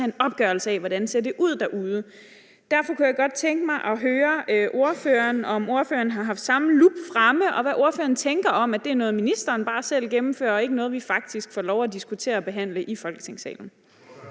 en opgørelse af, hvordan det ser ud derude. Derfor kunne jeg godt tænke mig at høre ordføreren, om ordføreren har haft samme lup fremme, og hvad ordføreren tænker om, at det er noget, ministeren bare selv gennemfører, og at det ikke er noget, vi faktisk får lov at diskutere og behandle i folketingssalen.